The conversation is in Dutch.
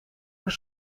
voor